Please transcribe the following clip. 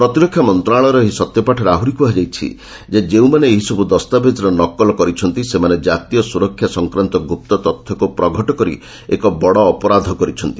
ପ୍ରତିରକ୍ଷା ମନ୍ତ୍ରଣାଳୟର ଏହି ସତ୍ୟପାଠରେ ଆହୁରି କୁହାଯାଇଛି ଯେ ଯେଉଁମାନେ ଏହିସବୁ ଦସ୍ତାବେଜର ନକଲ କରିଛନ୍ତି ସେମାନେ ଜାତୀୟ ସୁରକ୍ଷା ସଂକ୍ରାନ୍ତ ଗୁପ୍ତ ତଥ୍ୟକୁ ପ୍ରଘଟ କରି ଏକ ବଡ଼ ଅପରାଧ କରିଛନ୍ତି